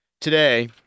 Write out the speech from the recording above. Today